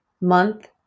month